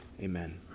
Amen